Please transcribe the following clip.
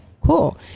cool